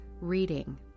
reading